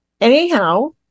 Anyhow